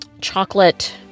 chocolate